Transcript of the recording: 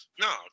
No